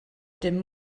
dim